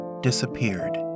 disappeared